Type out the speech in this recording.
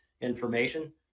information